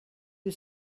you